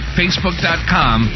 facebook.com